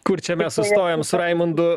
kur čia mes sustojom su raimundu